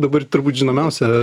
dabar turbūt žinomiausia